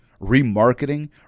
remarketing